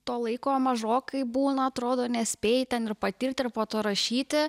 to laiko mažokai būna atrodo nespėji ten ir patirti ir po to rašyti